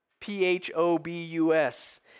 P-H-O-B-U-S